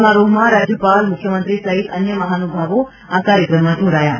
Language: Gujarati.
સમારોહમાં રાજ્યપાલ મુખ્યમંત્રી સહિત અન્ય મહાનુભાવો આ કાર્યક્રમમાં જોડાયા હતા